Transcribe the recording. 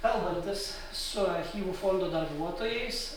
kalbantis su archyvų fondų darbuotojais